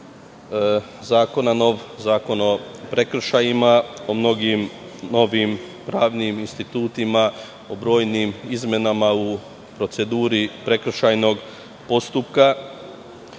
zakon o prekršajima, o mnogim novim pravnim institutima, o brojnim izmenama u proceduri prekršajnog postupka